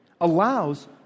allows